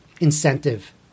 incentive